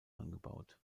angebaut